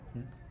Yes